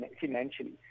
financially